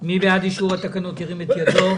מי שבעד אישור התקנות ירים את ידו.